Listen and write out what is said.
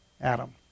Adam